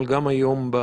מכיוון שיש חג,